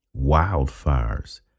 wildfires